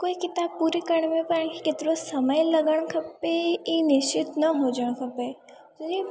कोई किताबु पूरी करण में पाई केतिरो समय लॻणु खपे इहा निश्चित न हुजणु खपे छोजी